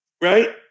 Right